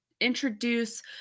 introduce